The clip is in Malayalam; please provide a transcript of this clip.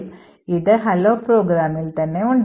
ചിലത് hello പ്രോഗ്രാമിൽ തന്നെ ഉണ്ട്